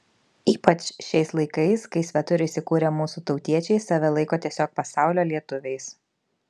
ypač šiais laikais kai svetur įsikūrę mūsų tautiečiai save laiko tiesiog pasaulio lietuviais